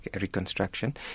reconstruction